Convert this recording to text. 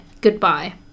Goodbye